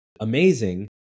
amazing